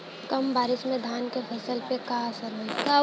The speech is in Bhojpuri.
कम बारिश में धान के फसल पे का असर होई?